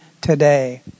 today